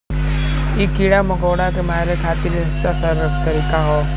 इ कीड़ा मकोड़ा के मारे खातिर सस्ता तरीका हौ